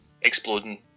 exploding